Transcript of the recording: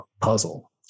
puzzle